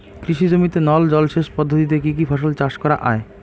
কৃষি জমিতে নল জলসেচ পদ্ধতিতে কী কী ফসল চাষ করা য়ায়?